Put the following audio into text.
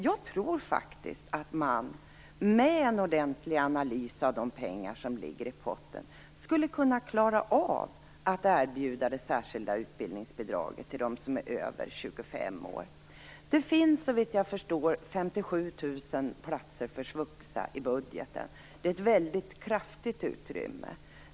Jag tror faktiskt att man med en ordentlig analys av de pengar som ligger i potten skulle kunna klara av att erbjuda det särskilda utbildningsbidraget till dem som är över 25 år. Såvitt jag förstår finns det 57 000 platser för svuxa i budgeten. Det är ett mycket kraftigt utrymme.